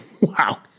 Wow